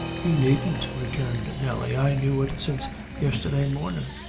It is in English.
you needn't, returned nelly i knew it since yestherday mornin'.